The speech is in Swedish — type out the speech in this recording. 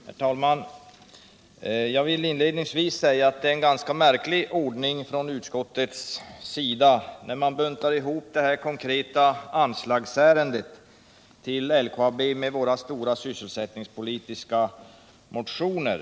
Herr talman! jag vill inledningsvis säga att det är en ganska märklig ordning att utskottet buntar ihop det här konkreta anslagsärendet beträffande LKAB med våra stora sysselsättningspolitiska motioner.